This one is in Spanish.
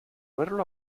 verlo